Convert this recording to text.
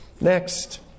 Next